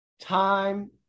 Time